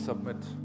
submit